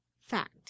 fact